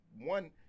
one